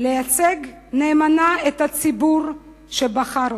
לייצג נאמנה את הציבור שבחר אתכם.